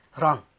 wrong